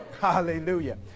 Hallelujah